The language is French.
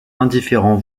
indifférent